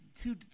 Two